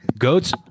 goats